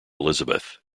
elizabeth